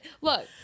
look